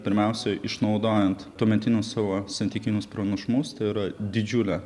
pirmiausia išnaudojant tuometinius savo santykinius pranašumus tai yra didžiulę